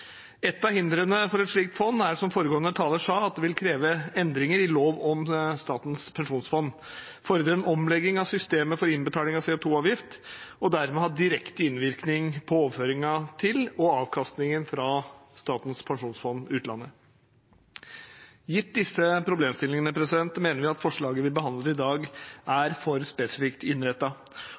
Et av hindrene for et slikt fond er, som foregående taler sa, at det vil kreve endringer i lov om Statens pensjonsfond, fordre en omlegging av systemet for innbetaling av CO2-avgift og dermed ha direkte innvirkning på overføringen til og avkastningen fra Statens pensjonsfond utland. Gitt disse problemstillingene mener vi at forslaget vi behandler i dag, er for spesifikt